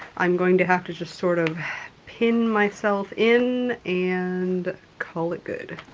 i'm going to have to just sort of pin myself in and call it good.